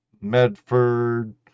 Medford